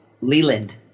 Leland